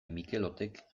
mikelotek